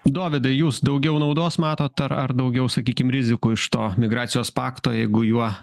dovydai jūs daugiau naudos matot ar ar daugiau sakykim rizikų iš to migracijos pakto jeigu juo